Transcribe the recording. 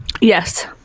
Yes